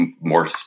more